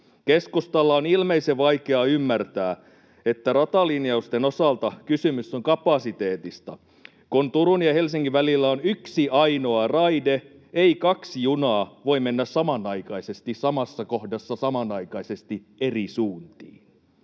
Keskustan on ilmeisen vaikea ymmärtää, että ratalinjausten osalta kysymys on kapasiteetista. Kun Turun ja Helsingin välillä on yksi ainoa raide, ei kaksi junaa voi mennä samanaikaisesti samassa kohdassa eri suuntiin.